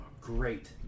Great